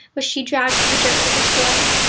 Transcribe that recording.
which she dragged through the dirt like a toy.